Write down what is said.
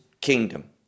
kingdom